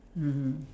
mmhmm